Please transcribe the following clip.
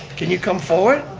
can you come forward?